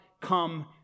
come